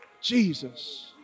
Jesus